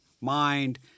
mind